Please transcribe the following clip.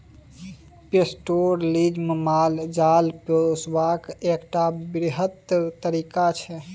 pastoralism माल जाल पोसबाक एकटा बृहत तरीका छै